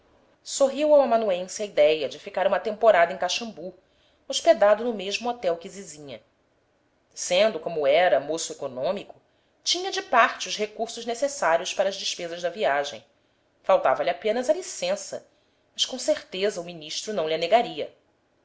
sorriu ao amanuense a idéia de ficar uma temporada em caxambu hospedado no mesmo hotel que zizinha sendo como era moço econômico tinha de parte os recursos necessários para as despesas da viagem faltava-lhe apenas a licença mas com certeza o ministro não lha negaria